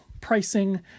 pricing